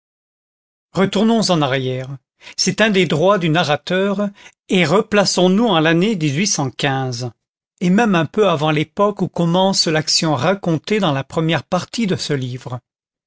retournons en arrière c'est un des droits du narrateur et replaçons nous en l'année et même un peu avant l'époque où commence l'action racontée dans la première partie de ce livre